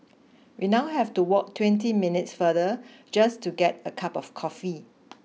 we now have to walk twenty minutes farther just to get a cup of coffee